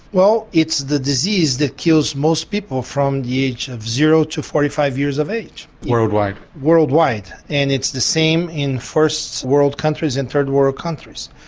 well it's the disease that kills most people from the age of zero to forty five years of age. worldwide? worldwide and it's the same in first world countries and third world countries.